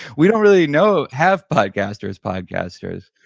we don't really know have podcasters' podcasters.